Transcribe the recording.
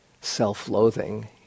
self-loathing